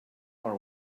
our